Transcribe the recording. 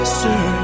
sir